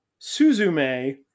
suzume